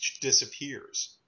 disappears